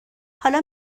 حالا